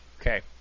Okay